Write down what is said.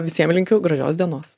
visiem linkiu gražios dienos